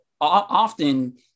often